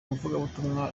muvugabutumwa